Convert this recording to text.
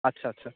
আচ্ছা আচ্ছা